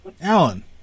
Alan